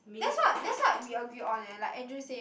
that's what that's what we agree on leh like Andrew say